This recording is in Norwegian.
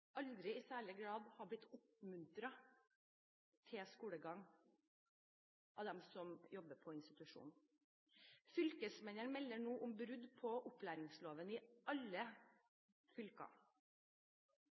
aldri i særlig grad har blitt oppmuntret til skolegang av dem som jobber på institusjon. Fylkesmennene melder nå om brudd på opplæringsloven i alle